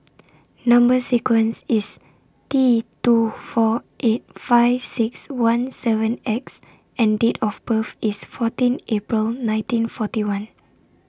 Number sequence IS T two four eight five six one seven X and Date of birth IS fourteen April nineteen forty one